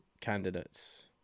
candidates